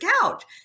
couch